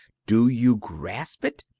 do you grasp it?